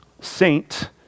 saint